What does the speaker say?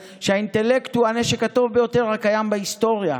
שהאינטלקט הוא הנשק הטוב ביותר הקיים בהיסטוריה.